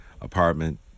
apartment